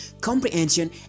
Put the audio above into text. comprehension